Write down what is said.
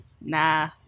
Nah